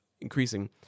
increasing